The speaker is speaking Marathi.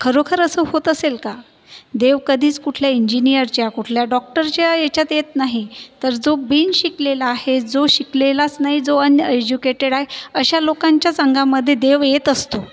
खरोखर असं होत असेल का देव कधीच कुठल्या इंजिनीअरच्या कुठल्या डॉक्टरच्या याच्यात येत नाही तर जो बिनशिकलेला आहे जो शिकलेलाच नाही जो अनएज्युकेटेड आहे अशा लोकांच्याच अंगामध्ये देव येत असतो